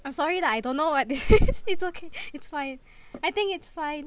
I'm sorry lah I don't know what this is it's okay it's fine I think it's fine